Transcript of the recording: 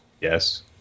yes